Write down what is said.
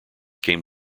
came